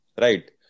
right